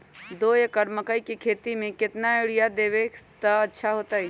दो एकड़ मकई के खेती म केतना यूरिया देब त अच्छा होतई?